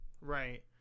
right